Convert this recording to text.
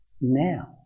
now